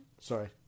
sorry